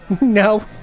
No